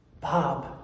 Bob